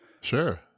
Sure